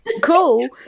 cool